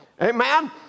Amen